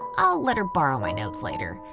i'll let her borrow my notes later,